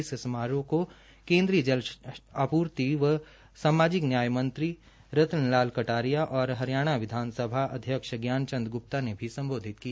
इस समारोह को केन्द्रीय जल आपूर्ति व सामाजिक न्याय मंत्री रतन लाल कटारिया और हरियाणा विधानसभा के अध्यक्ष ज्ञान ग्प्ता ने भी सम्बोधित किया